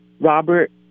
Robert